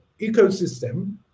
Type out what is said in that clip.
ecosystem